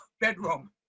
bedroom